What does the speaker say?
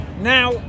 Now